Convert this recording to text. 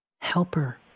helper